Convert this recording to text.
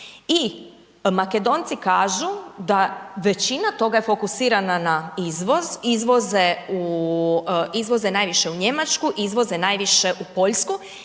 I Makedonci kažu, da je većina toga fokusirana na izvoz, izvoze najviše u Njemačku i izvoze najviše u Poljsku.